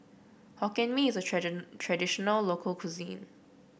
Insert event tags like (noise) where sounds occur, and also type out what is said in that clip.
Hokkien Mee is a (unintelligible) traditional local cuisine